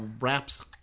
wraps